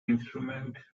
instrument